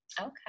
Okay